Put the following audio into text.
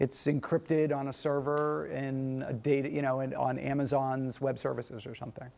it's encrypted on a server in a data you know it on amazon's web services or something